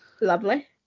Lovely